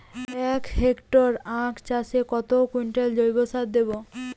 এক হেক্টরে আখ চাষে কত কুইন্টাল জৈবসার দেবো?